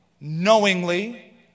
knowingly